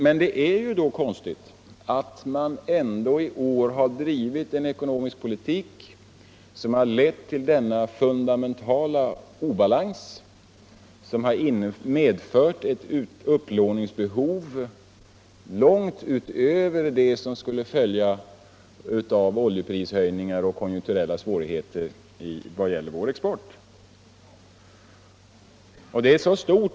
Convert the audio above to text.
Men det är ju då konstigt att man ändå i år har drivit en ekonomisk politik som lett till denna fundamentala obalans och medfört ett upplåningsbehov långt utöver det som skulle följa av oljeprishöjningar och konjunkturella svårigheter vad gäller vår export.